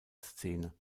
szene